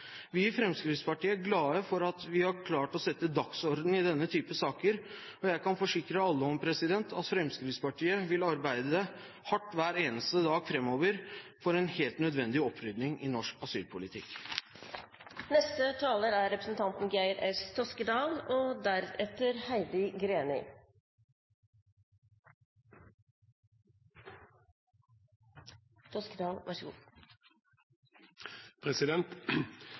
Vi i Fremskrittspartiet er glade for at vi har klart å sette dagsordenen i denne type saker, og jeg kan forsikre alle om at Fremskrittspartiet vil arbeide hardt hver eneste dag framover for en helt nødvendig opprydding i norsk asylpolitikk. Det er